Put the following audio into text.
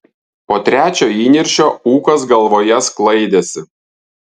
po trečio įniršio ūkas galvoje sklaidėsi